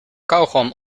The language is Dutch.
kauwgom